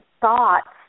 thoughts